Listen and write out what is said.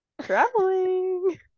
traveling